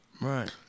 right